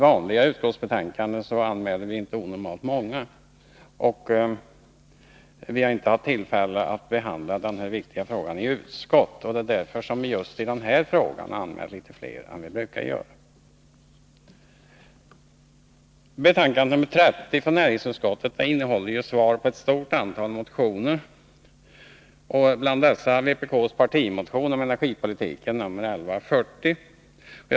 Vi har inte heller haft tillfälle att vara med om behandlingen i utskottet. Det är också en anledning till att vi har anmält några fler talare än vi brukar göra. Herr talman! Näringsutskottets betänkande nr 30 innehåller svar på ett stort antal motioner och bland dessa vpk:s partimotion om energipolitiken, som har nr 1140.